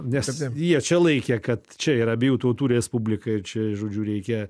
nes jie čia laikė kad čia yra abiejų tautų respublika ir čia žodžiu reikia